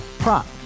Prop